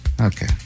Okay